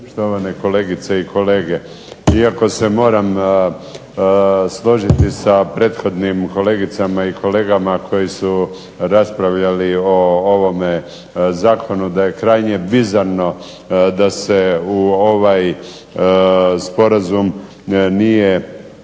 Iako se moram složiti sa prethodnim kolegicama i kolegama koji su raspravljali o ovome zakonu, da je krajnje bizarno da se u ovaj sporazum nije